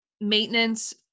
maintenance